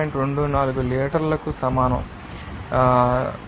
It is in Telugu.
4 లీటర్లకు సమానం నీటి